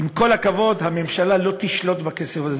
עם כל הכבוד, הממשלה לא תשלוט בכסף הזה.